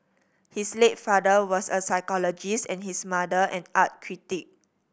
his late father was a psychologist and his mother an art critic